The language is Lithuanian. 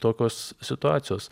tokios situacijos